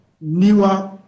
newer